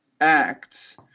acts